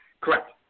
Correct